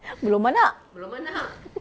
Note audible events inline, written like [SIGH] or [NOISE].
[BREATH] belum anak [LAUGHS]